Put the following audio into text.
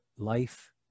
life